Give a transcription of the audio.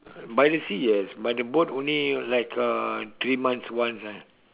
by the sea yes by the boat only like uh three months once ah